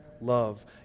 love